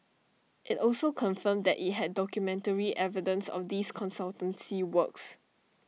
IT also confirmed that IT had documentary evidence of these consultancy works